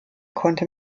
konnte